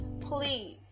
please